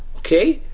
okay?